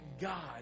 God